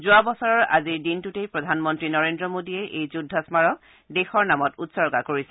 যোৱাবছৰৰ আজিৰ দিনটোতে প্ৰধানমন্ত্ৰী নৰেন্দ্ৰ মোদীয়ে এই যুদ্ধ স্মাৰক দেশৰ নামত উৎসৰ্গা কৰিছিল